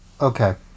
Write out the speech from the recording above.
okay